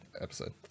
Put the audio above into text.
episode